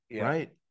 right